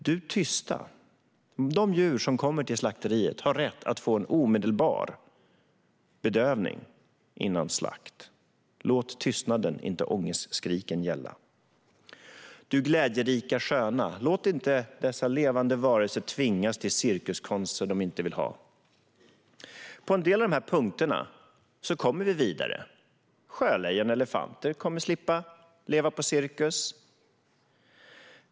Du tysta: De djur som kommer till slakteriet har rätt att få omedelbar bedövning före slakt. Låt tystnaden, inte ångestskriken gälla! Du glädjerika sköna: Låt inte dessa levande varelser tvingas till cirkuskonster de inte vill göra. På en del av dessa punkter kommer vi vidare. Sjölejon och elefanter kommer att slippa leva på cirkus.